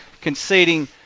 conceding